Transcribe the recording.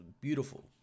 beautiful